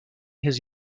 his